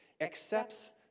accepts